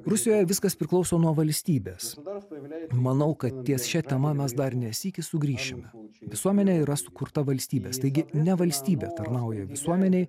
rusijoje viskas priklauso nuo valstybės manau kad ties šia tema mes dar ne sykį sugrįšime visuomenė yra sukurta valstybės taigi ne valstybė tarnauja visuomenei